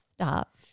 Stop